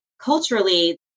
culturally